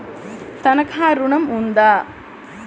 తనఖా ఋణం ఉందా?